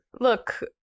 Look